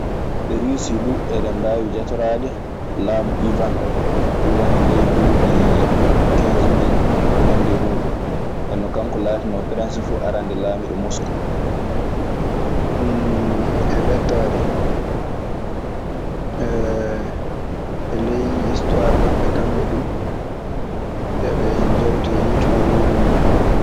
Rusi dum hen dem bawi jatoraɗe lamu iwane o,iwane ley duuɗi kinsemil e ko nandi e mudum, ndennon kanko latinon prinse fu lamiɗo aranɗe mosku. E ɓettaade. E ley istuwaar maɓɓe kamɓe du, eɓe njawta yiitumawuuri muuɗun.